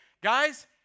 guys